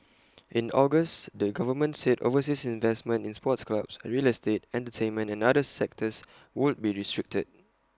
in August the government said overseas investments in sports clubs real estate entertainment and other sectors would be restricted